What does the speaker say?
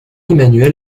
emanuel